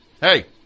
hey